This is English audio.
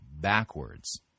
backwards